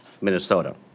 Minnesota